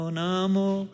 namo